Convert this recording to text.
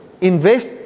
invest